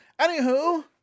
anywho